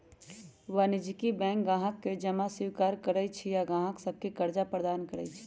वाणिज्यिक बैंक गाहक से जमा स्वीकार करइ छइ आऽ गाहक सभके करजा प्रदान करइ छै